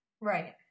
right